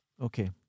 Okay